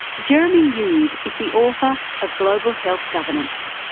jeremy youde is the author of global health governance.